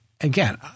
again